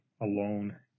alone